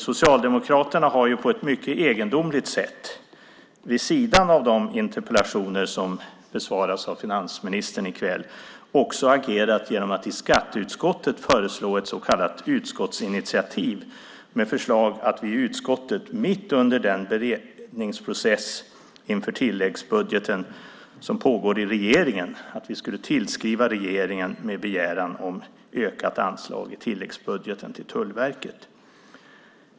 Socialdemokraterna har på ett mycket egendomligt sätt, vid sidan av de interpellationer som besvaras av finansministern i kväll, också agerat genom att i skatteutskottet föreslå ett så kallat utskottsinitiativ med förslag att vi i utskottet, mitt under den beredningsprocess som pågår i regeringen inför tilläggsbudgeten, skulle tillskriva regeringen med begäran om ökat anslag till Tullverket i tilläggsbudgeten.